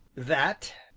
that,